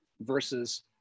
versus